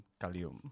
kalium